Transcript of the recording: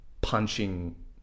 punching